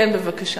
כן, בבקשה.